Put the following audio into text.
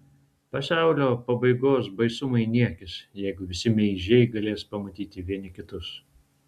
pasaulio pabaigos baisumai niekis jeigu visi meižiai galės pamatyti vieni kitus